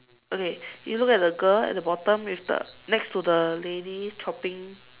okay you look at the girl at the bottom with the next to the lady chopping